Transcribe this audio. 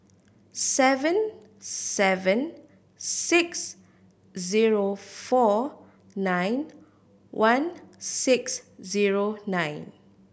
seven seven six zero four nine one six zero nine